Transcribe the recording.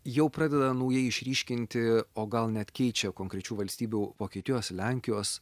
jau pradeda naujai išryškinti o gal net keičia konkrečių valstybių vokietijos lenkijos